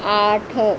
आठ